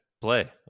play